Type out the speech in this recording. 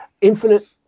Infinite